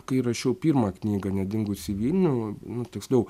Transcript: kai rašiau pirmą knygą nedingusį vilnių nu tiksliau